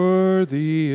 Worthy